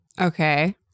Okay